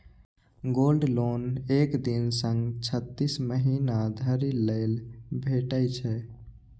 gold loan एक दिन सं छत्तीस महीना धरि लेल भेटै छै